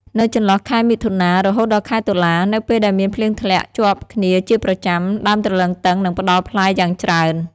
នៅចន្លោះខែ មិថុនា រហូតដល់ខែតុលា នៅពេលដែលមានភ្លៀងធ្លាក់ជាប់គ្នាជាប្រចាំ ដើមទ្រលឹងទឹងនឹងផ្ដល់ផ្លែយ៉ាងច្រើន។